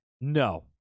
no